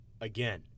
Again